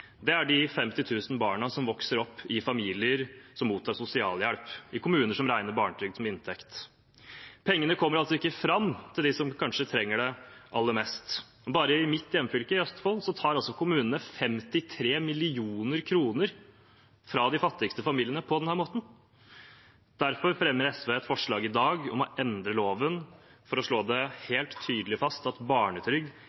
er de 50 000 barna som vokser opp i familier som mottar sosialhjelp i kommuner som regner barnetrygd som inntekt. Pengene kommer altså ikke fram til dem som kanskje trenger det aller mest. Bare i mitt hjemfylke, Østfold, tar kommunene 53 mill. kr fra de fattigste familiene på denne måten. Derfor fremmer SV et forslag i dag om å endre loven for å slå